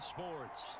Sports